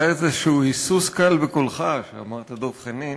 היה איזשהו היסוס קל בקולך כשאמרת "דב חנין".